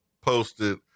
posted